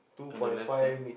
turn the left side